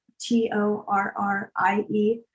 t-o-r-r-i-e